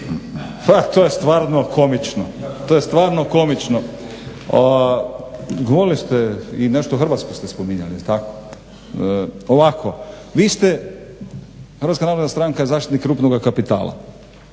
to je stvarno komično. Govorili ste i nešto Hrvatsku ste spominjali jel' tako? Ovako vi ste, HNS je zaštitnik krupnoga kapitala.